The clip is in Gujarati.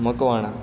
મકવાણા